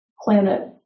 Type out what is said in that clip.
planet